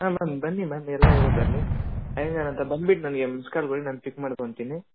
ಹಾಂ ಮ್ಯಾಮ್ ಬನ್ನಿ ಮ್ಯಾಮ್ ಎಲ್ಲ ಇರುತ್ತೆ ಅಲ್ಲಿ ಅಯ್ಯಂಗಾರ್ ಅಂತ ಬಂದು ಬಿಟ್ಟು ನನಗೆ ಮಿಸ್ ಕಾಲ್ ಕೊಡಿ ನಾನು ಪಿಕ್ ಮಾಡ್ಕೊಂತಿನಿ